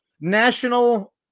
national